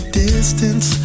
distance